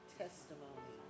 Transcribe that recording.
testimony